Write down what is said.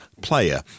player